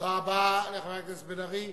תודה רבה לחבר הכנסת בן-ארי.